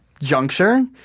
juncture